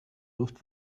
luft